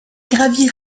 gravit